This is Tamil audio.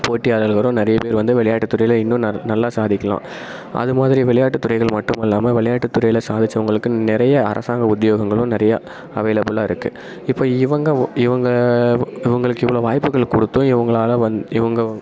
போட்டியாளர்களும் நிறைய பேர் வந்து விளையாட்டுத்துறையில் இன்னும் நர் நல்லா சாதிக்கலாம் அது மாதிரி விளையாட்டுத்துறைகள் மட்டும் இல்லாமல் விளையாட்டுத்துறையில் சாதிச்சவங்களுக்கு நிறைய அரசாங்க உத்தியோகங்களும் நிறையா அவைலபிளாக இருக்கு இப்போ இவங்க இவங்க இவங்களுக்கு இவ்வளோ வாய்ப்புகள் கொடுத்தும் இவங்களால் வந்து இவங்க